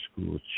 school